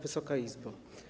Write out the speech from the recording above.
Wysoka Izbo!